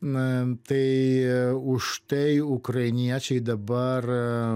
na tai už tai ukrainiečiai dabar